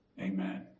Amen